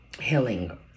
healing